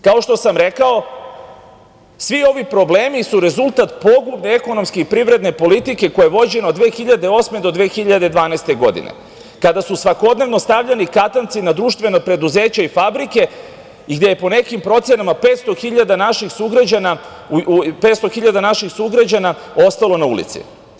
Kao što sam rekao, svi ovi problemi su rezultat pogubne ekonomske i privredne politike koja je vođena od 2008. do 2012. godine, kada su svakodnevno stavljani katanci na društvena preduzeća i fabrike i gde je po nekim procenama 500 hiljada naših sugrađana ostalo na ulici.